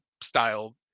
style